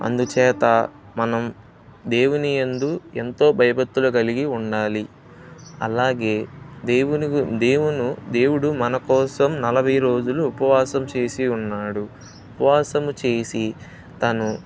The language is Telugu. అందుచేత మనం దేవునియందు ఎంతో భయభక్తులు కలిగి ఉండాలి అలాగే దేవుని దేవుడు దేవుడు మన కోసం నలభై రోజులు ఉపవాసం చేసి ఉన్నాడు ఉపవాసం చేసి తను